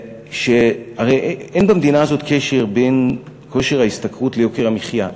שהרי אין במדינה הזאת קשר בין כושר ההשתכרות ליוקר המחיה.